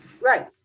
Right